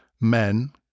Men